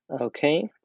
Okay